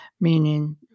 meaning